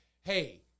Hey